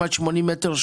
70 עד 80 מטר,